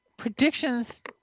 predictions